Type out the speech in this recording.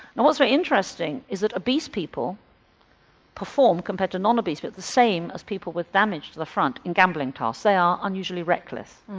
and what's very interesting is that obese people perform compared to non-obese people but the same as people with damage to the front in gambling tasks, they are unusually reckless.